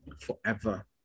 forever